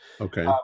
Okay